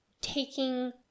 taking